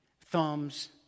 thumbs